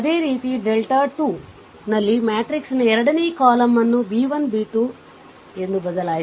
ಅದೇ ರೀತಿ ಡೆಲ್ಟಾ 22 ನಲ್ಲಿ ಮ್ಯಾಟ್ರಿಕ್ಸ್ನ ಎರಡನೇ ಕಾಲಮ್ ಅನ್ನು b 1 b 2 ಎಂದು ಬದಲಾಯಿಸಿ